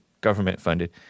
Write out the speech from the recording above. government-funded